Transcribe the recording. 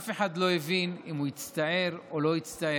אף אחד לא הבין אם הוא הצטער או לא הצטער,